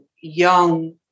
young